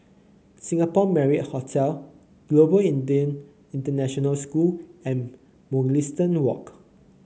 Singapore Marriott Hotel Global Indian International School and Mugliston Walk